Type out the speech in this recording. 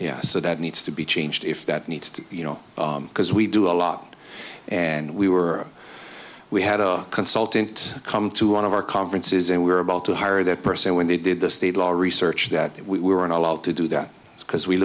yeah so that needs to be changed if that needs to you know because we do a lot and we were we had a consultant come to one of our conferences and we were about to hire that person when they did the state law research that we were not allowed to do that because we